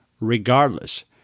Regardless